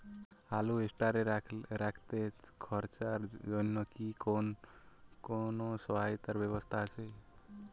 আলু স্টোরে রাখতে খরচার জন্যকি কোন সহায়তার ব্যবস্থা আছে?